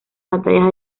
batallas